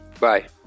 Bye